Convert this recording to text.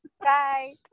Bye